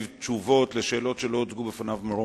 תשובות על שאלות שלא הוצגו בפניו מראש.